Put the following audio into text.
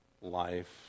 life